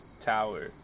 tower